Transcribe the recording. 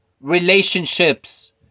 relationships